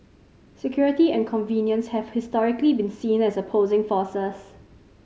security and convenience have historically been seen as opposing forces